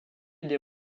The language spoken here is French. des